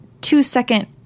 two-second